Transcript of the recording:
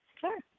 Sure